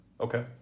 Okay